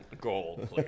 Gold